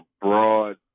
broad